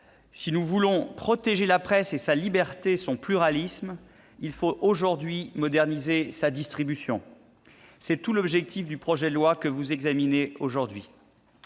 si nous voulons protéger la presse, sa liberté et son pluralisme, il faut aujourd'hui moderniser sa distribution. C'est tout l'objet du projet de loi que vous examinez aujourd'hui.